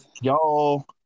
y'all